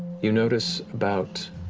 you notice about